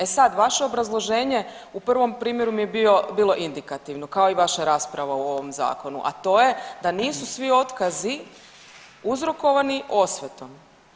E sad, vaše obrazloženje u prvom primjeru mi je bilo indikativno, kao i vaša rasprava u ovom zakonu, a to je da nisu svi otkazi uzrokovani osvetom.